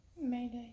mayday